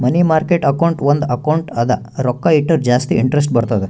ಮನಿ market account ಒಂದ್ account ಅದ ರೊಕ್ಕಾ ಇಟ್ಟುರ ಜಾಸ್ತಿ ಇಂಟರೆಸ್ಟ್ ಬರ್ತುದ್